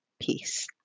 peace